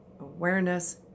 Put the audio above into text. Awareness